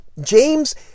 James